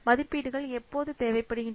மதிப்பீடுகள் எப்போது தேவைப்படுகின்றன